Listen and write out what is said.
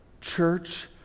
Church